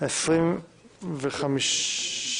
25 בפסטמבר.